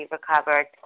Recovered